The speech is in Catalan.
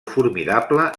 formidable